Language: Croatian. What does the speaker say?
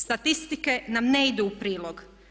Statistike nam ne idu u prilog.